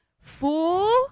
Fool